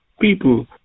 people